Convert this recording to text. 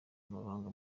abaganga